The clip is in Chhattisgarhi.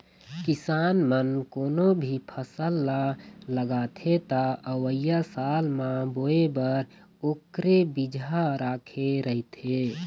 किसान मन कोनो भी फसल ल लगाथे त अवइया साल म बोए बर ओखरे बिजहा राखे रहिथे